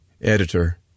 Editor